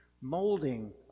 molding